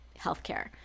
healthcare